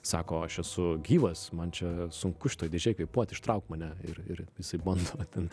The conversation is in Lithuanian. sako aš esu gyvas man čia sunku šitoj dėžėj kvėpuoti ištrauk mane ir ir jisai bando ten